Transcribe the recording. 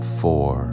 four